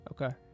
Okay